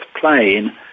plane